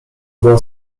była